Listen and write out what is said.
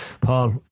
Paul